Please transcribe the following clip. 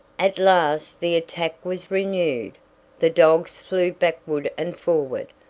at last the attack was renewed the dogs flew backward and forward,